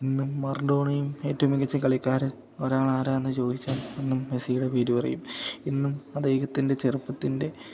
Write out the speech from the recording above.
ഇന്നും മറഡോണയും ഏറ്റവും മികച്ച കളിക്കാരൻ ഒരാൾ ആരാണെന്ന് ചോദിച്ചാൽ എന്നും മെസിയുടെ പേര് പറയും ഇന്നും അദ്ദേഹത്തിൻ്റെ ചെറുപ്പത്തിൻ്റെ